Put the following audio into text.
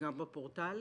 וגם בפורטל.